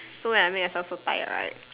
so when I make myself so tired right